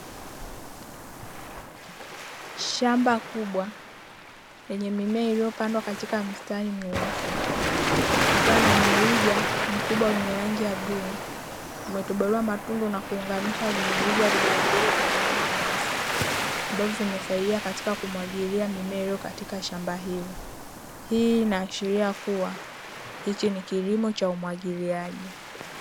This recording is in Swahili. Shamba kubwa lenye mimea iliyopandwa katika mstari mnyoofu, kukiwa na mrija wenye rangi ya bluu, umetobolewa matundu na kuunganishwa vimirija vidogovidogo vyenye rangi nyeusi, ambavyo vinasaidia katika kumwagilia mimea iliyo katika shamba hilo. Hii inaashiria kuwa hiki ni kilimo cha umwagiliaji.